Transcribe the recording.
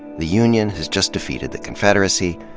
the union has just defeated the confederacy,